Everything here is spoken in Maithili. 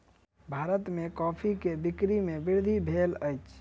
भारत में कॉफ़ी के बिक्री में वृद्धि भेल अछि